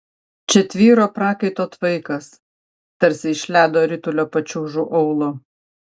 čia tvyro prakaito tvaikas tarsi iš ledo ritulio pačiūžų aulo